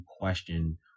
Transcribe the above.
question